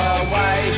away